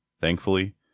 thankfully